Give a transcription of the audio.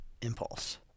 impulse